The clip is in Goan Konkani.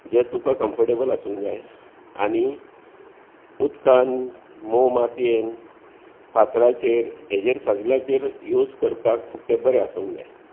जे तुका कम्फटेबल आसूंक जाय आनी उदकांत मोव मातयेन फातराचेर हाजेर सगल्याचेर यूज करपाक ते बरें आसूंक जाय